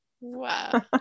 Wow